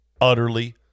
utterly